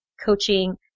coaching